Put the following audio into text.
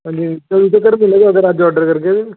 कदूं तगर आह्गे अगर अज्ज ऑर्डर करगे